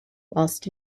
whilst